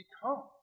become